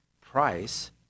price